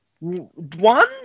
one